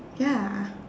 ya